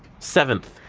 seventh.